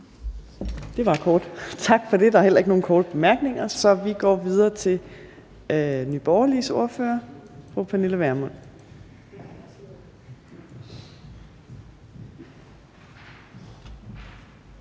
Det var kort, tak for det. Der er heller ikke nogen korte bemærkninger, så vi går videre til Nye Borgerliges ordfører, fru Pernille Vermund.